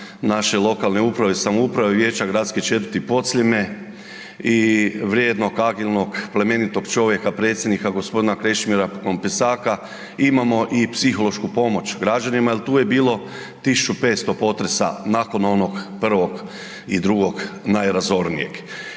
naše lokalne uprave i samouprave Vijeća gradske četvrti Podsljeme i vrijednog, agilnog, plemenitog predsjednika gospodina Krešimira KOmpesaka imamo i psihološku pomoć građanima jel tu je bilo 1.500 potresa nakon onog prvog i drugog najrazornijeg.